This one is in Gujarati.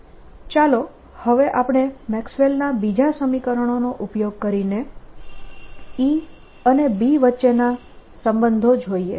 B00 or B has components By and Bz only ચાલો હવે આપણે મેક્સવેલના બીજા સમીકરણોનો ઉપયોગ કરીને E અને B વચ્ચેના સંબંધો જોઈએ